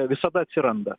visada atsiranda